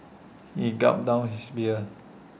he gulped down his beer